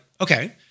okay